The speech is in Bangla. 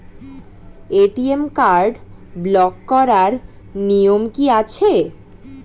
এ.টি.এম কার্ড ব্লক করার নিয়ম কি আছে?